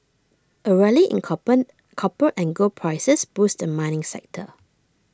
A rally in copper and gold prices boosted the mining sector